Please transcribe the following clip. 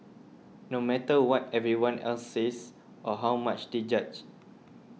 no matter what everyone else says or how much they judge